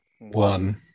one